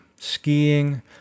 skiing